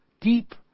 deep